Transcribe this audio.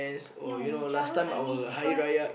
no childhood I miss because